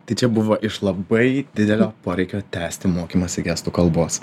tai čia buvo iš labai didelio poreikio tęsti mokymąsi gestų kalbos